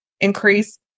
increase